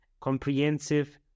comprehensive